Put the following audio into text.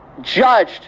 judged